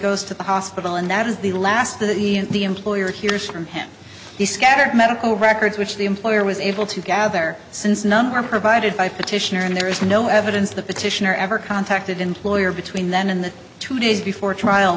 goes to the hospital and that is the last that the employer hears from him he scattered medical records which the employer was able to gather since none are provided by petitioner and there is no evidence the petitioner ever contacted employer between them in the two days before trial